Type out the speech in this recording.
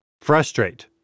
Frustrate